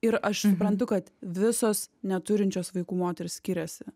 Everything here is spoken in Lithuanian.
ir aš suprantu kad visos neturinčios vaikų moterys skiriasi